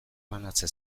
banatze